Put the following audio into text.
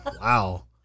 Wow